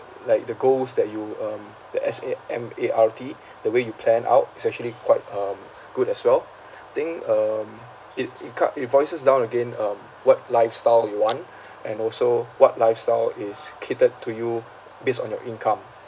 like the goals that you um the S A M A R T the way you plan out it's actually quite um good as well I think um it it cut it voices down again um what lifestyle you want and also what lifestyle is catered to you based on your income